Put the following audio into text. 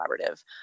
collaborative